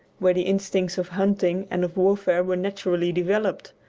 where the instincts of hunting and of warfare were naturally developed,